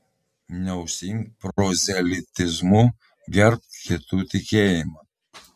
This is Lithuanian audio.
neužsiimk prozelitizmu gerbk kitų tikėjimą